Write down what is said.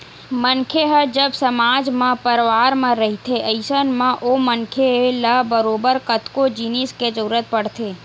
मनखे ह जब समाज म परवार म रहिथे अइसन म ओ मनखे ल बरोबर कतको जिनिस के जरुरत पड़थे